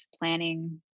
planning